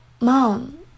Mom